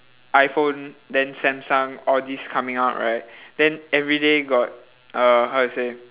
iphone then samsung all these coming out right then everyday got uh how to say